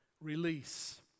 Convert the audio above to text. release